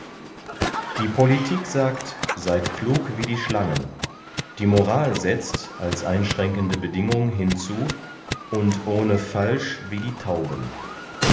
die politik sagt seyd klug wie die schlangen die moral setzt als einschränkende bedingung hinzu und ohne falsch wie die tauben